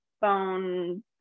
phone